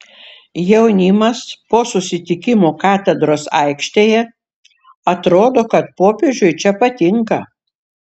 jaunimas po susitikimo katedros aikštėje atrodo kad popiežiui čia patinka